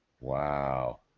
Wow